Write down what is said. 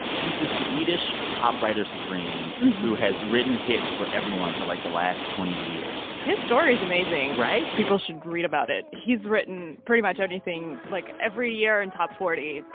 he's this swedish pop writer supreme who has written hits for everyone for, like, the last twenty years his story is amazing right? people should read about it. he's written pretty much anything like, every year in top forty,